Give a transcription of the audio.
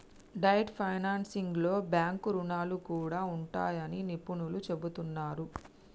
debt ఫైనాన్సింగ్లో bank రుణాలు కూడా ఉంటాయని నిపుణులు చెబుతున్నరు